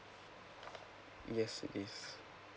yes yes